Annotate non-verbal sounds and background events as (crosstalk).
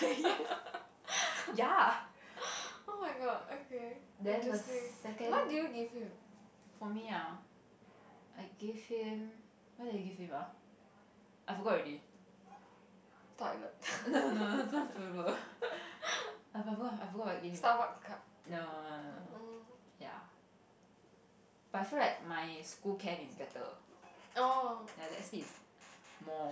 oh-my-god okay interesting what did you give him (laughs) starbucks card orh